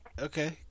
Okay